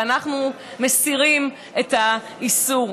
ואנחנו מסירים את האיסור,